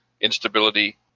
instability